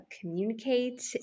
communicate